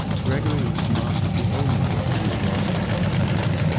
gregory was not the only one who had lost a night's sleep.